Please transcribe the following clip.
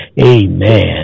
Amen